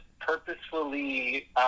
purposefully